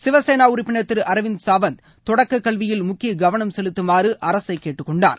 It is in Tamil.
சிவசேனா உறுப்பினர் திரு அரவிந்த் சாவந்த் தொடக்க கல்வியில் முக்கிய கவனம் செலுத்துமாறு அரசை கேட்டுக்கொண்டார்